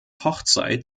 hochzeit